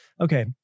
okay